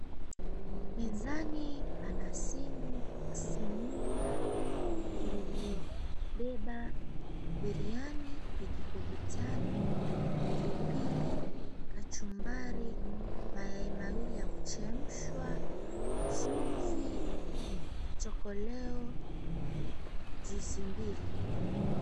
Mezani pana simu, sinia iliyobeba biriani, vijiko vitano, pilipili, kachumbari, mayai mawili ya kuchemshwa, chumvi, chokoleo, juisi mbili.